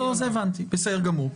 הבנתי, בסדר גמור.